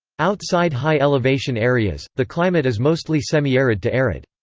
outside high-elevation areas, the climate is mostly semi-arid to arid.